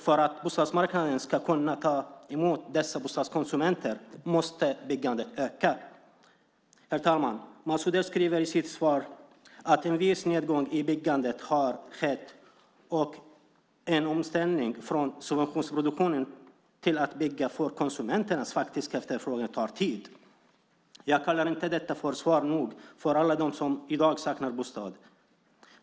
För att bostadsmarknaden ska kunna ta emot dessa bostadskonsumenter måste byggandet öka. Herr talman! Mats Odell skriver i sitt svar att en viss nedgång i byggandet har skett och att en omställning från subventionsproduktionen till att bygga för konsumenternas faktiska efterfrågan tar tid. Jag kallar inte detta för svar nog för alla dem som i dag saknar bostad.